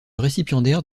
récipiendaire